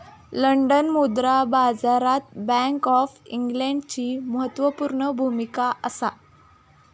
London मुद्रा बाजारात bank of इंग्लंडची म्हत्त्वापूर्ण भुमिका असा